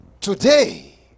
Today